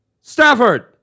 Stafford